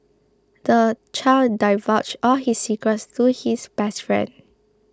the child divulged all his secrets to his best friend